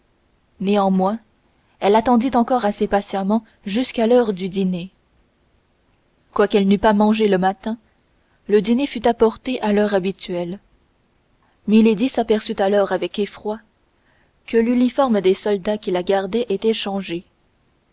néanmoins elle attendit encore assez patiemment jusqu'à l'heure du dîner quoiqu'elle n'eût pas mangé le matin le dîner fut apporté à l'heure habituelle milady s'aperçut alors avec effroi que l'uniforme des soldats qui la gardaient était changé